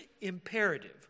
imperative